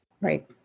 Right